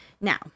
Now